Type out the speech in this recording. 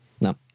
No